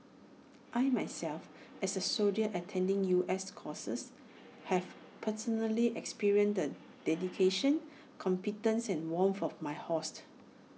I myself as A soldier attending U S courses have personally experienced the dedication competence and warmth of my hosts